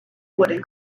wooden